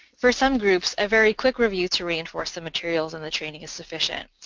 for some groups, a very quick review to reinforce the materials in the training is sufficient,